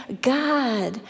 God